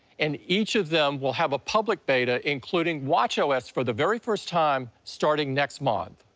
and each of them will have a public beta, including watchos for the very first time, starting next month.